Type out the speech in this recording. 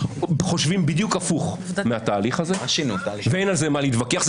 חושבים בדיוק הפוך מהתהליך הזה ועל זה אין מה להתווכח.